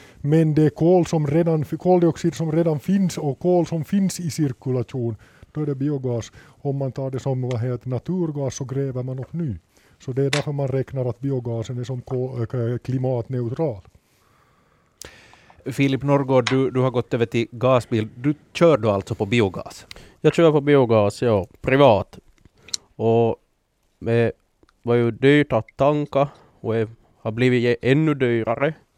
Men det är kol som redan- koldioxid som redan finns och kol som finns i cirkulation, då är det biogas. Om man tar det som, vad heter, naturgas så gräver man upp ny. Så det är därför man räknar att biogasen är som ko- äh, klimatneutral. Filip Norgård, du- du har gått över till gasbil. Du- kör du alltså på biogas? Jag kör på biogas, ja. Privat. Och- men det var ju dyrt att tanka och är- har blivit ännu dyrare.